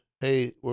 Hey